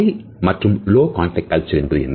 high மற்றும் low context culture என்பது என்ன